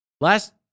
last